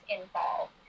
involved